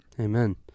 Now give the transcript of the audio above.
Amen